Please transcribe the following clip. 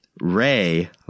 Ray